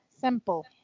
simple